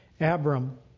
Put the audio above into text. Abram